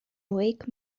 wake